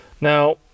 Now